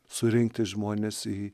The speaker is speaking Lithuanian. surinkti žmones į